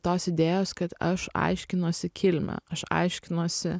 tos idėjos kad aš aiškinuosi kilmę aš aiškinuosi